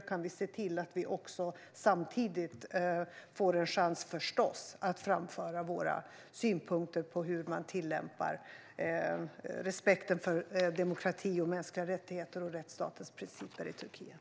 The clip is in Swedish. Vi ska förstås också se till att vi samtidigt får en chans att framföra våra synpunkter på hur man tillämpar respekten för demokrati, mänskliga rättigheter och rättsstatens principer i Turkiet.